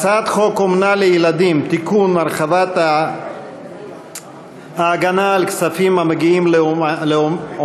הצעת חוק אומנה לילדים (תיקון) (הרחבת ההגנה על כספים המגיעים לאומן),